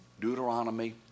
Deuteronomy